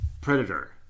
Predator